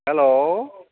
hello